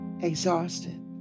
exhausted